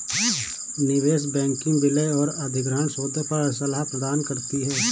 निवेश बैंकिंग विलय और अधिग्रहण सौदों पर सलाह प्रदान करती है